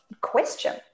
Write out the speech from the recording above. question